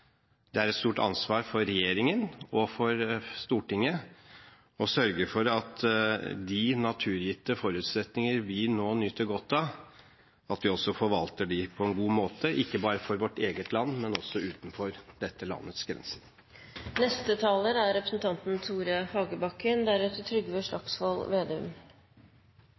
det er et stort ansvar for regjeringen og for Stortinget – å sørge for at de naturgitte forutsetninger vi nå nyter godt av, forvaltes på en god måte, ikke bare for vårt eget land, men også utenfor dette landets grenser. Venstre er